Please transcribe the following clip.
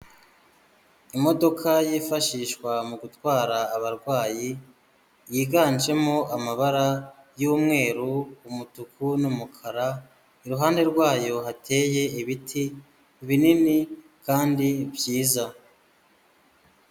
Imodoka yifashishwa mu gutwara abarwayi, yiganjemo amabara y'umweru, umutuku, n'umukara, iruhande rwayo hateye ibiti binini, kandi byiza.